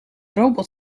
robot